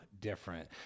different